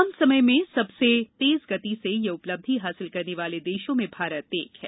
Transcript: कम समय में सबसे तेज गति से यह उपलब्धि हासिल करने वाले देशों में भारत एक है